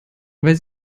weil